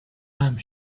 time